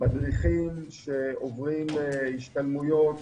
מדריכים שעוברים השתלמויות